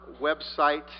website